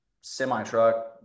semi-truck